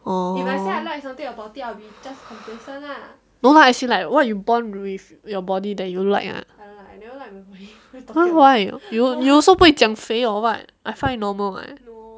oh no lah as in like what you're born with your body that you like ah !huh! why 你又不会说肥 or what I find it normal leh